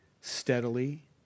steadily